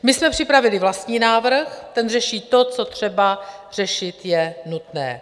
My jsme připravili vlastní návrh, ten řeší to, co třeba řešit je nutné.